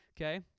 okay